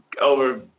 over